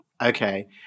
Okay